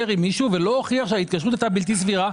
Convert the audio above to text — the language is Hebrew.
עם מישהו ולא הוכיח שההתקשרות הייתה בלתי סבירה,